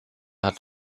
hat